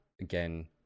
again